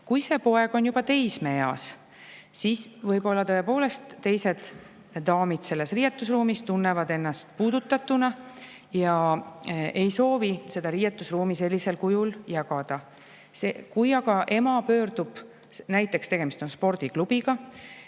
Kui see poeg on juba teismeeas, siis võib-olla tõepoolest teised daamid selles riietusruumis tunnevad ennast puudutatuna ja ei soovi seda riietusruumi sellisel kujul jagada. Kui aga ema pöördub – näiteks tegemist on spordiklubiga